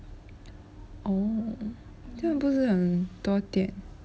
oh 这样不是很多电